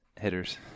hitters